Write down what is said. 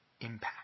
impact